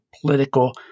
political